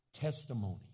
testimony